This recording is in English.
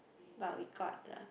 but we got the